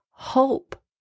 Hope